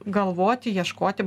galvoti ieškoti